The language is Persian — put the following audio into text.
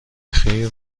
بخیر